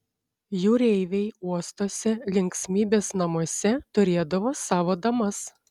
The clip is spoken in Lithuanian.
jūreiviai uostuose linksmybės namuose turėdavo savo damas